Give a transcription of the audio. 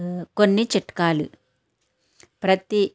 కొన్ని చిట్కాలు ప్రతి